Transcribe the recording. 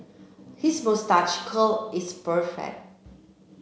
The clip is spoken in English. his moustache curl is